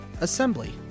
Assembly